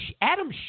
Adam